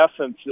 essence